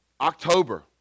October